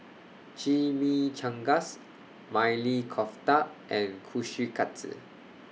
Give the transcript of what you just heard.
Chimichangas Maili Kofta and Kushikatsu